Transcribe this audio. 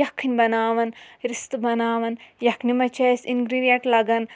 یَکھٕنۍ بَناوان رِستہٕ بَناوان یَکھنہِ منٛز چھِ اَسہِ اِنگرٛیٖڈینٛٹ لَگان